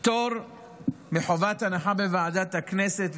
פטור מחובת הנחה בוועדת הכנסת,